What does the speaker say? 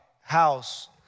house